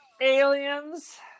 aliens